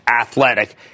athletic